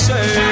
Say